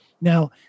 Now